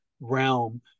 realm